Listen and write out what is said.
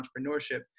entrepreneurship